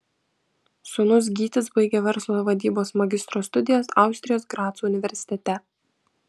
sūnus gytis baigia verslo vadybos magistro studijas austrijos graco universitete